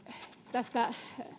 tässä